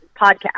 podcast